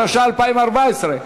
התשע"ה 2014,